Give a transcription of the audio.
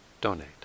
donate